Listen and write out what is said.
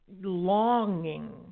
longing